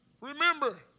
Remember